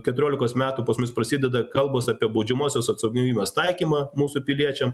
keturiolikos metų pas mus prasideda kalbos apie baudžiamosios atsakomybės taikymą mūsų piliečiam